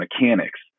mechanics